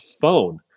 phone